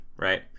right